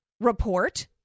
report